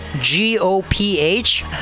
g-o-p-h